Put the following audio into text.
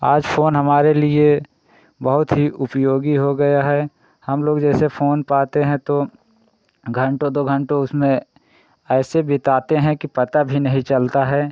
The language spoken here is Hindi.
आज फ़ोन हमारे लिए बहुत ही उपयोगी हो गया है हम लोग जैसे फ़ोन पाते हैं तो घंटों दो घंटों उसमें ऐसे बिताते हैं कि पता भी नहीं चलता है